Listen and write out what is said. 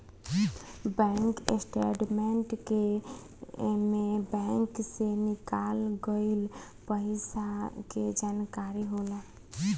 bank statement के में bank से निकाल गइल पइसा के जानकारी होला